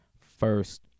first